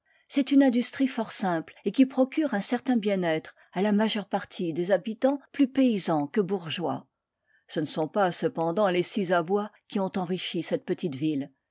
c'est une industrie fort simple et qui procure un certain bien-être à la majeure partie des habitants plus paysans que bourgeois ce ne sont pas cependant les scies à bois qui ont enrichi cette petite ville